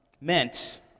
meant